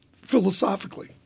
philosophically